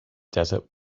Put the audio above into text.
desert